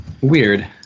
Weird